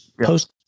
post